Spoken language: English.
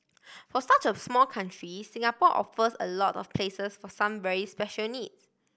for such a small country Singapore offers a lot of places for some very special needs